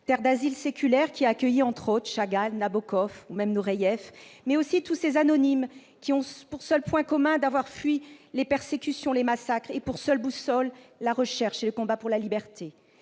terre d'asile séculaire qui a accueilli, entre autres, Chagall, Nabokov, et Noureev, mais aussi tous ces anonymes, qui ont pour seul point commun d'avoir fui les persécutions et les massacres, et pour seule boussole la recherche de la liberté.